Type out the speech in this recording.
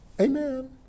Amen